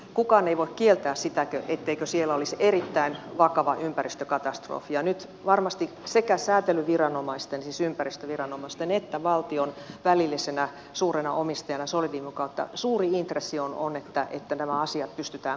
kukaan ei voi kieltää sitä etteikö siellä olisi erittäin vakava ympäristökatastrofi ja nyt varmasti sekä säätelyviranomaisten siis ympäristöviranomaisten että valtion välillisenä suurena omistajana solidiumin kautta suurin intressi on että nämä asiat pystytään korjaamaan